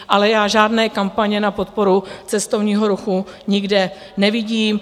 Ale já žádné kampaně na podporu cestovního ruchu nikde nevidím.